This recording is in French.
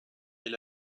est